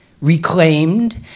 reclaimed